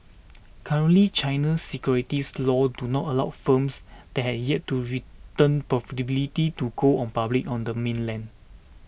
currently China's securities laws do not allow firms that have yet to return to go public on the mainland